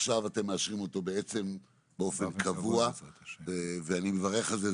ועכשיו אתם מאשרים אותו בעצם באופן קבוע ואני מברך על זה.